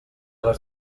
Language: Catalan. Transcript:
les